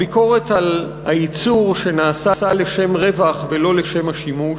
הביקורת על הייצור שנעשה לשם רווח ולא לשם השימוש.